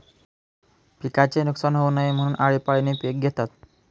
पिकाचे नुकसान होऊ नये म्हणून, आळीपाळीने पिक घेतात